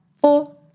four